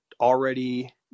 already